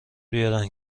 بیارن